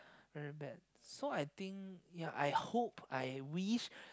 very bad so I think I hope I wish